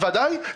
בוודאי,